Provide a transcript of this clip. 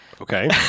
Okay